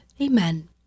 Amen